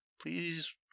Please